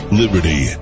liberty